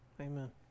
Amen